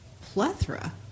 plethora